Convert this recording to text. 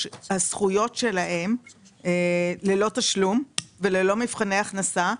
הזכויות שלהם ועושים זאת ללא תשלום וללא מבחני הכנסה.